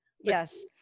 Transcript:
Yes